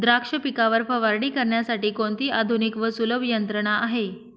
द्राक्ष पिकावर फवारणी करण्यासाठी कोणती आधुनिक व सुलभ यंत्रणा आहे?